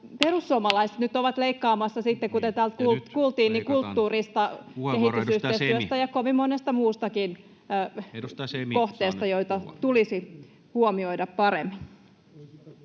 kuultiin... ...kulttuurista, kehitysyhteistyöstä ja kovin monesta muustakin kohteesta, joita tulisi huomioida paremmin.